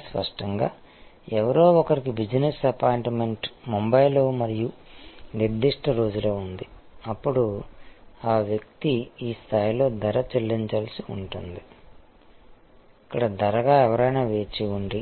కానీ స్పష్టంగా ఎవరో ఒకరికి బిజినెస్ అపాయింట్మెంట్ బొంబాయిలో మరియు నిర్దిష్ట రోజులో ఉంది అప్పుడు ఆ వ్యక్తి ఈ స్థాయిలో ధర చెల్లించాల్సి ఉంటుంది ఇక్కడ ధరగా ఎవరైనా వేచి ఉండి